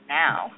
now